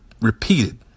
repeated